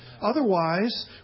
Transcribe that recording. Otherwise